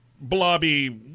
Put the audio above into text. blobby